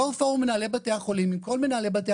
יו"ר פורום מנהלי בתי החולים עם כל מנהלי בתי